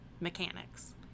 mechanics